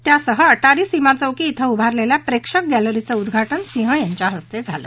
त्यासह अटारी सीमा चौकी ब्रि उभारलेल्या प्रेक्षक गॅलरीचं उद्वाटन सिंह यांच्या हस्ते झालं